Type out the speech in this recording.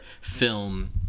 film